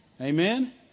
Amen